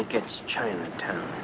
it's chinatown.